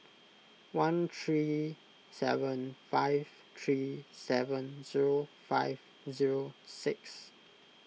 one three seven five three seven zero five zero six